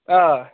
آ